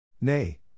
Nay